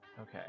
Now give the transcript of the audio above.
Okay